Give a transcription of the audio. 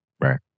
Right